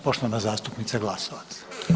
Poštovana zastupnice Glasovac.